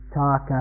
talk